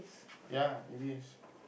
ya it is